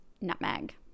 nutmeg